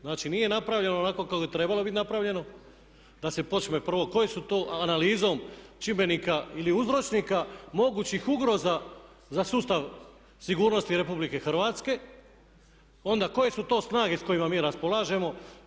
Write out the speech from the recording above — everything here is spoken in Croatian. Znači, nije napravljeno onako kako je trebalo biti napravljeno da se počne prvo kojom se to analizom čimbenika ili uzročnika mogućih ugroza za sustav sigurnosti RH, onda koje su to snage s kojima mi raspolažemo.